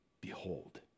Behold